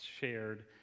shared